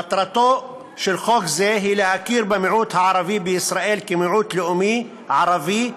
מטרתו של חוק זה היא להכיר במיעוט הערבי בישראל כמיעוט לאומי ערבי,